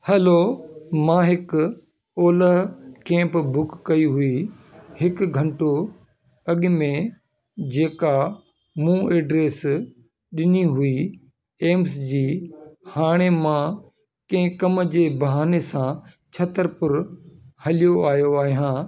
hello मां हिकु Ola cab book कई हुई हिकु घंटो अॻ में जेका मूं एड्रेस ॾिनी हुई एम्स जी हाणे मां कंहिं कमु जे बहाने सां छतरपुर हलियो आयो आहियां